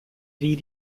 wie